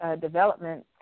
Development